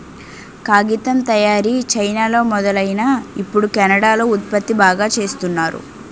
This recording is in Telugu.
కాగితం తయారీ చైనాలో మొదలైనా ఇప్పుడు కెనడా లో ఉత్పత్తి బాగా చేస్తున్నారు